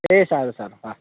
એ સારું સારું હા